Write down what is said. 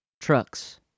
Trucks